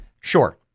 Sure